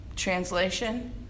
translation